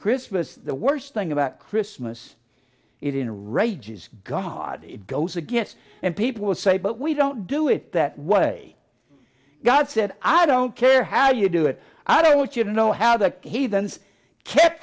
christmas the worst thing about christmas it in a rage is god it goes against and people say but we don't do it that way god said i don't care how you do it i don't want you to know how the heathens kept